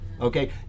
okay